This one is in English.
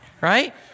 right